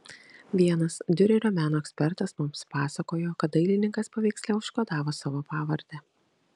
vienas diurerio meno ekspertas mums pasakojo kad dailininkas paveiksle užkodavo savo pavardę